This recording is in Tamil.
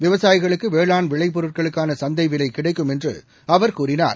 விவசாயிகளுக்கு வேளாண் விளைப்பொருட்களுக்கான சந்தை விலை கிடைக்கும் என்று அவர் கூறினார்